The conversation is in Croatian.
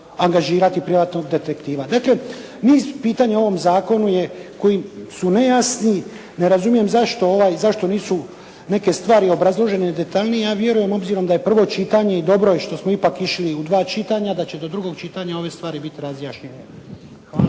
angažirati privatnog detektiva. Dakle, niz pitanja u ovom zakonu je koji su nejasni. Ne razumijem zašto nisu neke stvari obrazložene detaljnije. Ja vjerujem obzirom da je prvo čitanje i dobro je što smo ipak išli u dva čitanja da će do drugog čitanja ove stvari biti razjašnjene. Hvala.